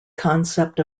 concept